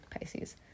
Pisces